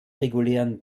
regulären